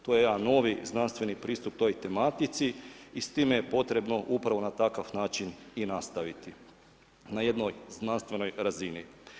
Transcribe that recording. To je jedan novi znanstveni pristup toj tematici i s time je potrebno upravo na takav način i nastaviti na jednoj znanstvenoj razini.